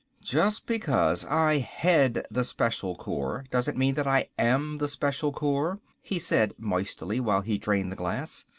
just because i head the special corps, doesn't mean that i am the special corps, he said moistly while he drained the glass.